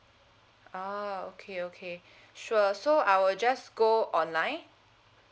ah okay okay sure so I will just go online